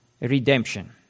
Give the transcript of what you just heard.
redemption